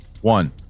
one